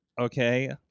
okay